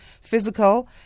physical